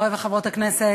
חברי וחברות הכנסת,